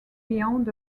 beyond